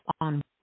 on